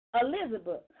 Elizabeth